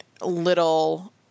little